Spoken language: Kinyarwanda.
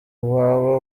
uwawe